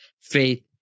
faith